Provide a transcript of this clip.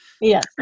yes